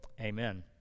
amen